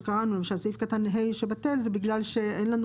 סעיף קטן (ה) שבטל זה בגלל שאין לנו